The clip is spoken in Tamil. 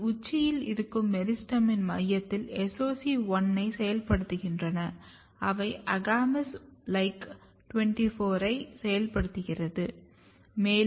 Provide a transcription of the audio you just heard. அவை உச்சியில் இருக்கும் மெரிஸ்டெமின் மையத்தில் SOC1 ஐ செயல்படுத்துகின்ற அவை AGAMOUS LIKE 24 ஐ செயல்படுத்துகிறது